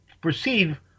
perceive